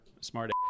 smart